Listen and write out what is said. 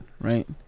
Right